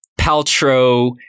Paltrow